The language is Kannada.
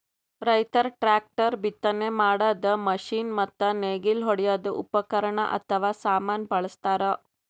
ರೈತರ್ ಟ್ರ್ಯಾಕ್ಟರ್, ಬಿತ್ತನೆ ಮಾಡದ್ದ್ ಮಷಿನ್ ಮತ್ತ್ ನೇಗಿಲ್ ಹೊಡ್ಯದ್ ಉಪಕರಣ್ ಅಥವಾ ಸಾಮಾನ್ ಬಳಸ್ತಾರ್